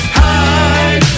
hide